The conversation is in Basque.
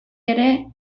ere